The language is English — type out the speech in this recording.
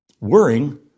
Worrying